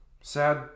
sad